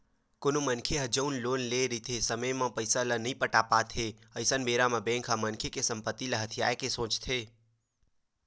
कोनो मनखे ह जउन लोन लेए रहिथे समे म पइसा ल नइ पटा पात हे अइसन बेरा म बेंक ह मनखे के संपत्ति ल हथियाये के सोचथे